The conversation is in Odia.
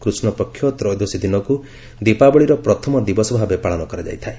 କୃଷ୍ଣପକ୍ଷ ତ୍ରୟୋଦଶୀ ଦିନକୁ ଦିପାବଳୀର ପ୍ରଥମ ଦିବସ ଭାବେ ପାଳନ କରାଯାଇଥାଏ